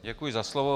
Děkuji za slovo.